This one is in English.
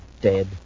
Dead